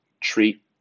treat